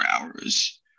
hours